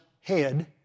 head